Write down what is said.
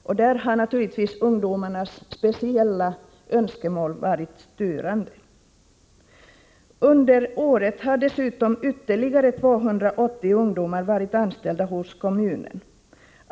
Ungdomarnas speciella önskemål har naturligtvis varit styrande. Under året har dessutom ytterligare 280 ungdomar varit anställda hos kommunen.